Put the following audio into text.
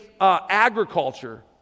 agriculture